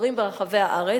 שמפוזרים ברחבי הארץ,